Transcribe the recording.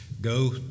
Go